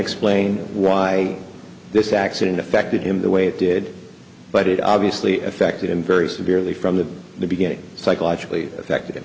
explain why this accident affected him the way it did but it obviously affected him very severely from the beginning psychologically affected